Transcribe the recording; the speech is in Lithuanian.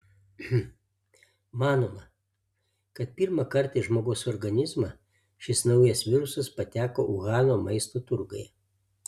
manoma kad pirmą kartą į žmogaus organizmą šis naujas virusas pateko uhano maisto turguje